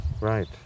Right